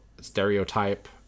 stereotype